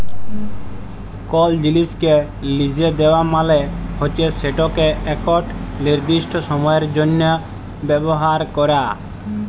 call জিলিসকে লিসে দেওয়া মালে হচ্যে সেটকে একট লিরদিস্ট সময়ের জ্যনহ ব্যাভার ক্যরা